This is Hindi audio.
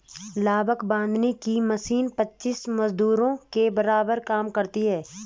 लावक बांधने की मशीन पच्चीस मजदूरों के बराबर काम करती है